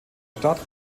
stadt